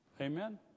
Amen